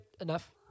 enough